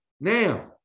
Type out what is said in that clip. Now